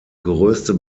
größte